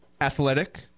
athletic